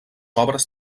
obres